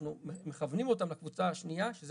אנחנו מכוונים אותם לקבוצה השנייה שזה